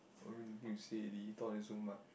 I mean nothing to say already talk until so much